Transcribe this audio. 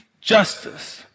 justice